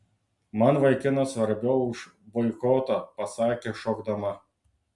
man vaikinas svarbiau už boikotą pasakė šokdama